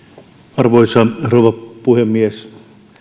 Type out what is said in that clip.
arvoisa rouva puhemies